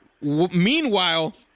Meanwhile